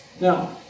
Now